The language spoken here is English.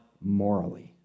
morally